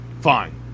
fine